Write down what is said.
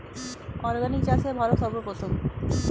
organic চাষে ভারত সর্বপ্রথম